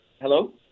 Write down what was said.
Hello